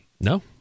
No